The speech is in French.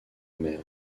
mer